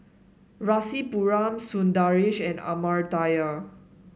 Rasipuram Sundaresh and Amartya